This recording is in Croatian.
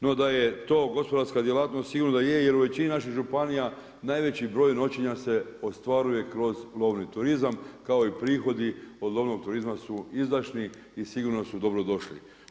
No da je to gospodarska djelatnost sigurno da je, jer u većini naših županija najveći broj noćenja se ostvaruje kroz lovni turizam kao i prihodi od lovnog turizma su izdašni i sigurno su dobro došli.